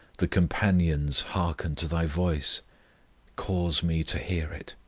the companions hearken to thy voice cause me to hear it.